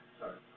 sorry